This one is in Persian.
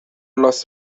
لاس